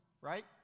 right